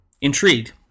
Intrigued